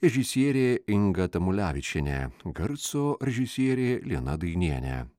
režisierė inga tamulevičienė garso režisierė lina dainienė